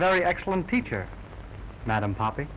very excellent teacher madam pop